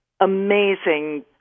amazing